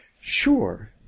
Sure